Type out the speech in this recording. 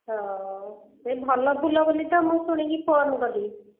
ହଁ ନାଇଁ ଭଲ ଫୁଲ ବୋଲି ତ ମୁଁ ଶୁଣିକି ଫୋନ୍ କଲି